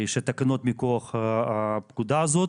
שהתקנות מכוח הפקודה הזאת,